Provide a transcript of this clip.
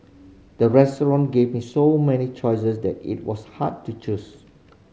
the restaurant gave me so many choices that it was hard to choose